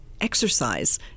exercise